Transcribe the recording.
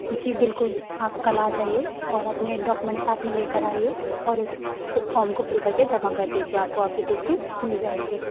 जी बिल्कुल आप कल आ जाइए और अपने डॉक्यूमेंट साथ में लेकर आइए और इस को फॉर्म को फिल करके जमा कर दीजिए आपको आपकी टी सी मिल जाएगी